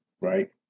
right